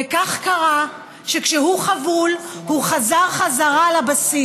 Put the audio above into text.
וכך קרה שכשהוא חבול הוא חזר לבסיס.